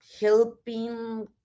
helping